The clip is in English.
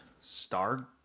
star